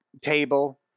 table